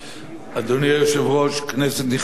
אדוני היושב-ראש, כנסת נכבדה,